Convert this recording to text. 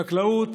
חקלאות